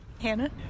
Hannah